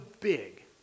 big